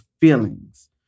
feelings